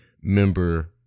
member